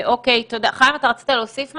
חיים, רצית להוסיף משהו?